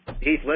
Heath